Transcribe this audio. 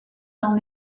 dans